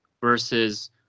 versus